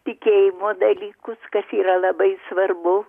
tikėjimo dalykus kas yra labai svarbu